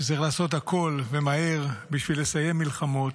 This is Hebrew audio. שצריך לעשות הכול בשביל לסיים מלחמות.